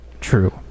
true